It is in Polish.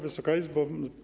Wysoka Izbo!